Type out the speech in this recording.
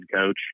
coach